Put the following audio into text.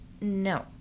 No